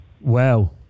Wow